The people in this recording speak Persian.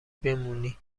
بمونی